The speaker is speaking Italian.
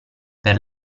per